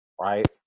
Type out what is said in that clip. right